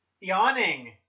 Yawning